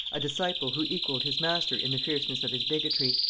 a disciple who equalled his master in the fierceness of his bigotry,